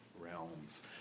realms